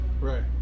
Right